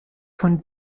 von